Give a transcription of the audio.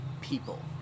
people